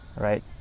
right